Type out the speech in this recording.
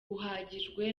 uhagije